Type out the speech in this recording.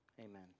amen